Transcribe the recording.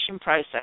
process